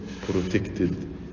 protected